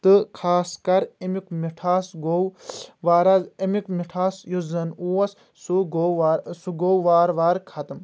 تہٕ خاص کر أمیُک مٹھاس گوٚو امیُک مٹھاس یُس زن اوس سُہ گوٚو سُہ گوٚو وارٕ وارٕ ختم